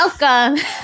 welcome